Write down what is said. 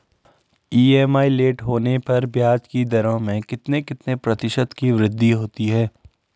EMI late होने पर ब्याज की दरों में कितने कितने प्रतिशत की वृद्धि होती है?